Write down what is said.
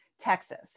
Texas